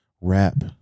Rap